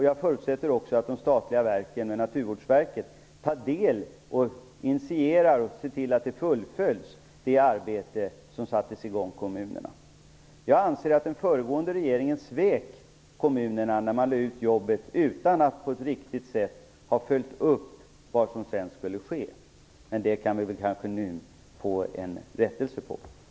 Jag förutsätter också att det statliga verken, bl.a. Naturvårdsverket, tar del i, initierar och ser till att det arbete som sattes i gång i kommunerna fullföljs. Jag anser att den föregående regeringen svek kommunerna när man lade ut jobbet utan att på ett riktigt sätt följa upp vad som sedan skulle ske. Men det kan vi kanske få en rättelse på nu.